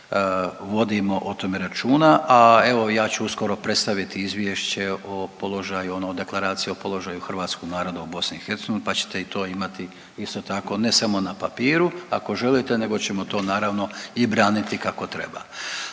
vodimo o tome računa, a evo ja ću uskoro predstaviti izvješće o položaju, ono o Deklaraciji o položaju hrvatskog naroda u BiH, pa ćete i to imati isto tako ne samo na papiru ako želite nego ćemo to naravno i braniti kako treba.